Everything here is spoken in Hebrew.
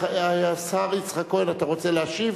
השר יצחק כהן, אתה רוצה להשיב?